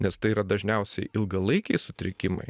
nes tai yra dažniausiai ilgalaikiai sutrikimai